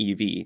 EV